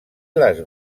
les